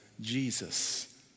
Jesus